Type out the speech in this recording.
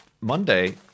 Monday